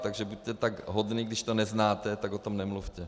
Takže buďte tak hodný, když to neznáte, tak o tom nemluvte.